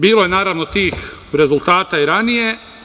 Bilo je, naravno, tih rezultata i ranije.